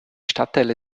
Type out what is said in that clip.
stadtteile